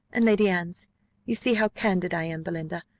and lady anne's you see how candid i am, belinda.